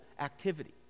activity